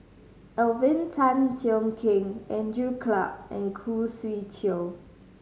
Alvin Tan Cheong Kheng Andrew Clarke and Khoo Swee Chiow